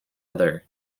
other